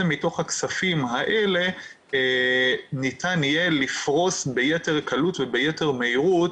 מתוך הכספים האלה ניתן יהיה לפרוס ביתר קלות וביתר מהירות